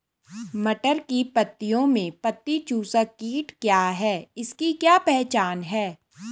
मटर की पत्तियों में पत्ती चूसक कीट क्या है इसकी क्या पहचान है?